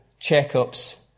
checkups